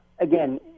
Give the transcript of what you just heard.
Again